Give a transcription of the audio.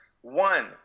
One